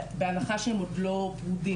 בהנחה שהם עוד לא פרודים,